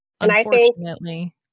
unfortunately